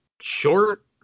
short